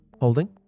holding